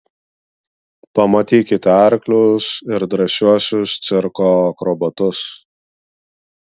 pamatykite arklius ir drąsiuosius cirko akrobatus